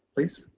please.